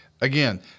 again